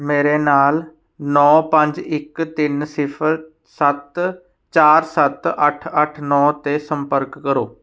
ਮੇਰੇ ਨਾਲ ਨੌਂ ਪੰਜ ਇੱਕ ਤਿੰਨ ਸਿਫਰ ਸੱਤ ਚਾਰ ਸੱਤ ਅੱਠ ਅੱਠ ਨੌਂ 'ਤੇ ਸੰਪਰਕ ਕਰੋ